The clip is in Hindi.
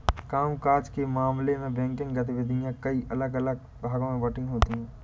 काम काज के मामले में बैंकिंग गतिविधियां कई अलग अलग भागों में बंटी होती हैं